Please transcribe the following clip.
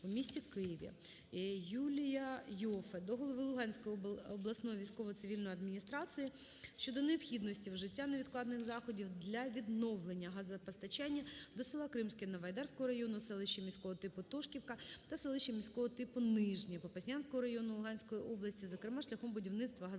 у місті Києві. Юлія Іоффе до голови Луганської обласної військово-цивільної адміністрації щодо необхідності вжиття невідкладних заходів для відновлення газопостачання до села Кримське Новоайдарського району, селища міського типу Тошківка та селища міського типу Нижнє, Попаснянського району Луганської області, зокрема шляхом будівництва газопроводу